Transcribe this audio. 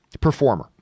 performer